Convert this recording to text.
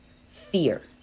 fear